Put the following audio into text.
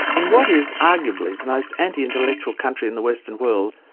in what is, arguably, the most anti-intellectual country in the western world,